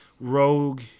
rogue